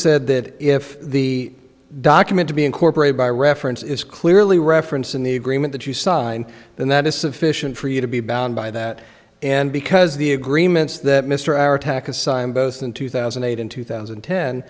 said that if the document to be incorporated by reference is clearly referenced in the agreement that you sign then that is sufficient for you to be bound by that and because the agreements that mr our attackers signed both in two thousand and eight in two thousand